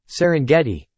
Serengeti